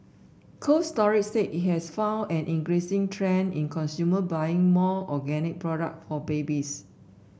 Cold Storage said it has found an increasing trend in consumers buying more organic products for babies